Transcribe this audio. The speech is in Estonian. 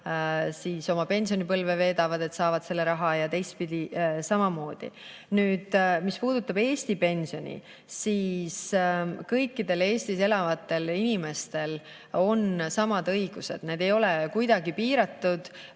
aga mujal pensionipõlve veedavad, saavad selle raha, ja teistpidi on samamoodi. Mis puudutab Eesti pensioni, siis kõikidel Eestis elavatel inimestel on samad õigused. Need ei ole kuidagi piiratud,